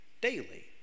daily